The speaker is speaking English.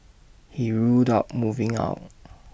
he ruled out moving out